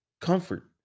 Comfort